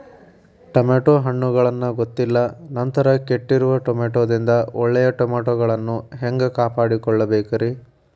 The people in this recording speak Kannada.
ಟಮಾಟೋ ಹಣ್ಣುಗಳನ್ನ ಗೊತ್ತಿಲ್ಲ ನಂತರ ಕೆಟ್ಟಿರುವ ಟಮಾಟೊದಿಂದ ಒಳ್ಳೆಯ ಟಮಾಟೊಗಳನ್ನು ಹ್ಯಾಂಗ ಕಾಪಾಡಿಕೊಳ್ಳಬೇಕರೇ?